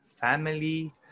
family